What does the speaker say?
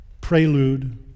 Prelude